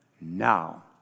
Now